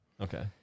Okay